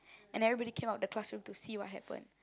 and everybody came out of the classroom to see what happen